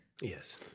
Yes